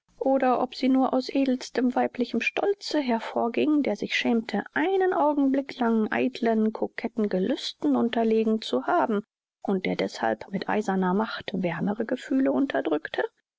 oder ob sie nur aus edelstem weiblichem stolze hervorging der sich schämte einen augenblick lang eitlen coquetten gelüsten unterlegen zu haben und der deßhalb mit eiserner macht wärmere gefühle unterdrückte